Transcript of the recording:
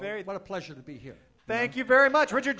very what a pleasure to be here thank you very much richard